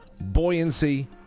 Buoyancy